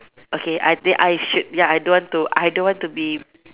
okay I think I should ya I don't want to I don't want to be